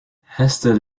hester